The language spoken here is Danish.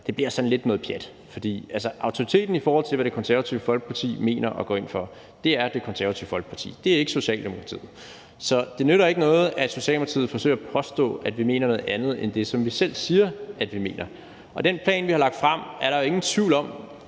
altid bliver sådan lidt noget pjat. Autoriteten, i forhold til hvad Det Konservative Folkeparti mener og går ind for, er Det Konservative Folkeparti. Det er ikke Socialdemokratiet. Så det nytter ikke noget, at Socialdemokratiet forsøger at påstå, at vi mener noget andet end det, som vi selv siger vi mener. Den plan, vi har lagt frem, er der ingen tvivl om